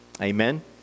Amen